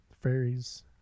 fairies